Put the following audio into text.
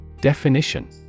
Definition